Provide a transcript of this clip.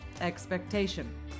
expectation